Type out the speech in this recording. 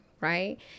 Right